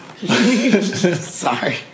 Sorry